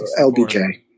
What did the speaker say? LBJ